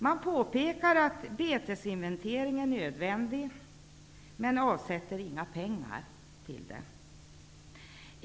Man påpekar att en betesinventering är nödvändig men avsätter inga pengar till den.